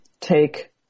take